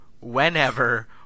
whenever